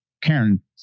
Karen